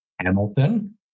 Hamilton